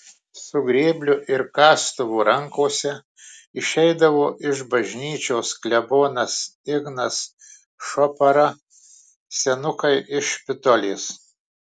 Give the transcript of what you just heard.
su grėbliu ir kastuvu rankose išeidavo iš bažnyčios klebonas ignas šopara senukai iš špitolės